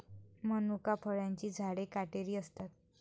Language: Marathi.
मनुका फळांची झाडे काटेरी असतात